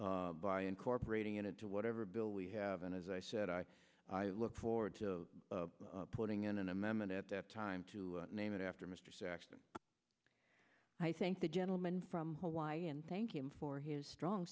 by incorporating it into whatever bill we have and as i said i look forward to putting in an amendment at that time to name it after mr saxton i thank the gentleman from hawaii and thank him for his strong